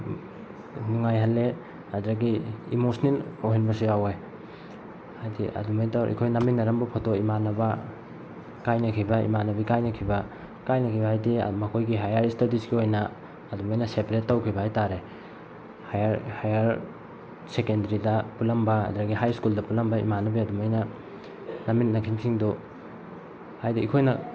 ꯅꯨꯡꯉꯥꯏꯍꯜꯂꯦ ꯑꯗꯨꯗꯒꯤ ꯏꯃꯣꯁꯅꯦꯜ ꯑꯣꯏꯍꯟꯕꯁꯨ ꯌꯥꯎꯑꯦ ꯍꯥꯏꯗꯤ ꯑꯗꯨꯃꯥꯏꯅ ꯇꯧꯔ ꯑꯩꯈꯣꯏ ꯅꯝꯃꯤꯟꯅꯔꯝꯕ ꯐꯣꯇꯣ ꯏꯃꯥꯟꯅꯕ ꯀꯥꯏꯅꯈꯤꯕ ꯏꯃꯥꯟꯅꯕꯤ ꯀꯥꯏꯅꯈꯤꯕ ꯀꯥꯏꯅꯈꯤꯕ ꯍꯥꯏꯗꯤ ꯃꯈꯣꯏꯒꯤ ꯍꯥꯌꯔ ꯏꯁꯇꯗꯤꯁꯀꯤ ꯑꯣꯏꯅ ꯑꯗꯨꯃꯥꯏꯅ ꯁꯦꯄ꯭ꯔꯦꯠ ꯇꯧꯈꯤꯕ ꯍꯥꯏꯇꯔꯦ ꯍꯥꯌꯔ ꯁꯦꯀꯦꯟꯗ꯭ꯔꯤꯗ ꯄꯨꯜꯂꯝꯕ ꯑꯗꯒꯤ ꯍꯥꯏ ꯁ꯭ꯀꯨꯜꯗ ꯄꯨꯜꯂꯝꯕ ꯏꯃꯥꯟꯅꯕꯤ ꯑꯗꯨꯃꯥꯏꯅ ꯅꯝꯃꯤꯟꯅꯈꯤꯕꯁꯤꯡꯗꯨ ꯍꯥꯏꯗꯤ ꯑꯩꯈꯣꯏꯅ